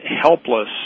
helpless